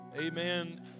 amen